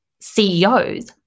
CEOs